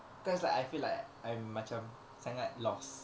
cause like I feel like I'm macam sangat lost